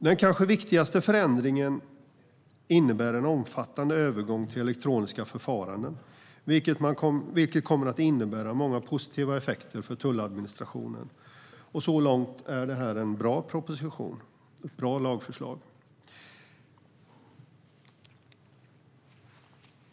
Den kanske viktigaste förändringen innebär en omfattande övergång till elektroniska förfaranden, vilket kommer att innebära många positiva effekter för tulladministrationen. Så långt är detta en bra proposition och ett bra lagförslag.